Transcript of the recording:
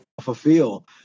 fulfill